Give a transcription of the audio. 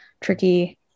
tricky